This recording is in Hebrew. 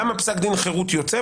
למה פסק דין חירות יוצא,